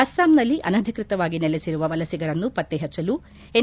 ಅಸ್ಲಾಂನಲ್ಲಿ ಅನಧಿಕೃತವಾಗಿ ನೆಲೆಸಿರುವ ವಲಸಿಗರನ್ನು ಪತ್ತ ಹಚ್ಚಲು ಎನ್